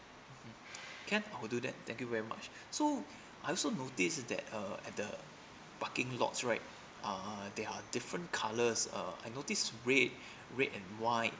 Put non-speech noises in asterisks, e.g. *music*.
mmhmm *breath* can I will do that thank you very much *breath* so I also noticed that uh at the parking lots right uh there are different colours uh I noticed red *breath* red and white